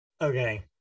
Okay